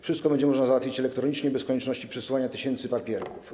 Wszystko będzie można załatwić elektronicznie i bez konieczności przesyłania tysięcy papierków.